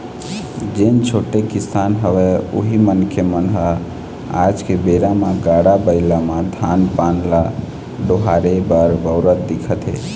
जेन छोटे किसान हवय उही मनखे मन ह आज के बेरा म गाड़ा बइला म धान पान ल डोहारे बर बउरत दिखथे